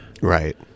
Right